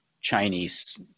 Chinese